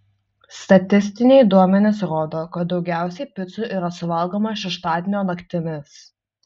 statistiniai duomenys rodo kad daugiausiai picų yra suvalgomą šeštadienio naktimis